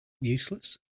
useless